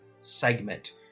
segment